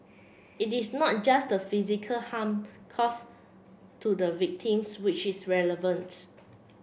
it is not just the physical harm caused to the victims which is relevant